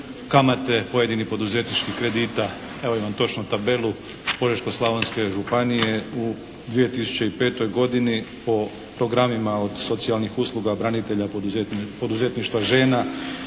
kamate pojedinih poduzetničkih kredita, evo imam točno tabelu Požeško-slavonske županije u 2005. godini po programima od socijalnih usluga branitelja, poduzetništva žena,